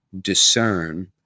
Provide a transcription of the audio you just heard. discern